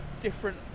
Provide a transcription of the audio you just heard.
different